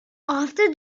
after